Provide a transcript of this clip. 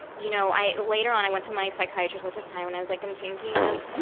you know, i, later on i went to my psychiatrist at the time, when i was like, i'm thinking of,